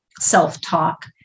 self-talk